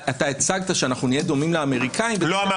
אתה הצגת שנהיה דומים לאמריקאים --- אף